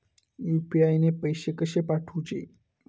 UPI ने पैशे कशे पाठवूचे?